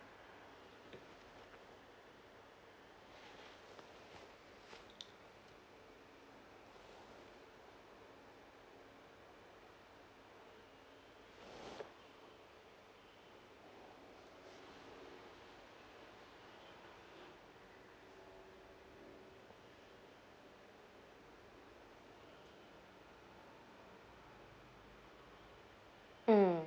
mm